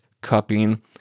cupping